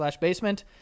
basement